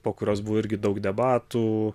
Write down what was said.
po kurios buvo irgi daug debatų